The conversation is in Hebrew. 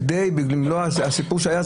כדי למנוע את הסיפור שהיה,